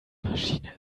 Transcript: maschine